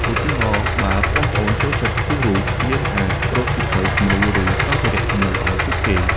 ឧទាហរណ៍ បើប្អូនៗចូលចិត្តគូររូប យើងអាចរកសៀវភៅគំនូរ ឬសម្ភារៈគំនូរឲ្យពួកគេ។